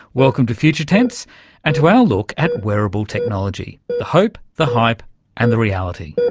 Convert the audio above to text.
welcome to future tense and to our look at wearable technology the hope, the hype and the reality.